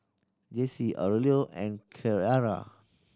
Jessy Aurelio and Keara